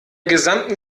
gesamten